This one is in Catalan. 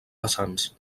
vessants